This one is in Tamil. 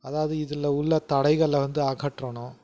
அதாவது இதில் உள்ள தடைகளை வந்து அகற்றணும்